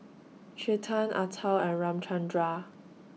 Chetan Atal and Ramchundra